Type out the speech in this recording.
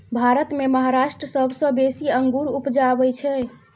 भारत मे महाराष्ट्र सबसँ बेसी अंगुर उपजाबै छै